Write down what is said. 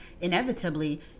inevitably